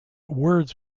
words